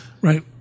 Right